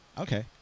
Okay